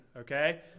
okay